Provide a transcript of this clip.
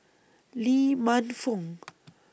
Lee Man Fong